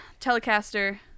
Telecaster